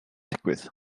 digwydd